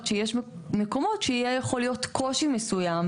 שיש מקומות שיהיה יכול להיות קושי מסוים,